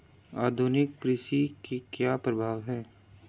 आधुनिक कृषि के क्या प्रभाव हैं?